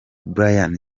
brian